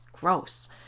gross